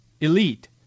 elite